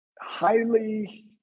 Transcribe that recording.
highly